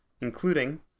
including